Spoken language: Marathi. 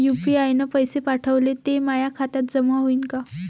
यू.पी.आय न पैसे पाठवले, ते माया खात्यात जमा होईन का?